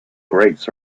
grapes